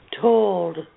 told